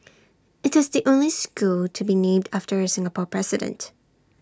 IT is the only school to be named after A Singapore president